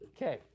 Okay